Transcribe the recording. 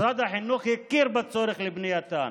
משרד החינוך הכיר בצורך בבנייתן,